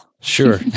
Sure